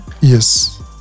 yes